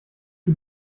die